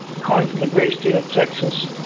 calling from the great state of texas.